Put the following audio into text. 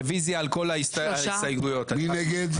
רביזיה על כל ההסתייגויות, אני רק מזכיר.